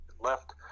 left